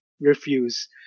refuse